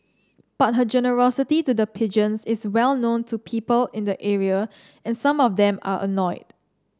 but her generosity to the pigeons is well known to people in the area and some of them are annoyed